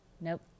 Nope